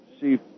see